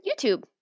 YouTube